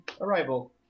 arrival